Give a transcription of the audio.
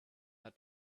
had